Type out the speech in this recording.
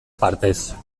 partez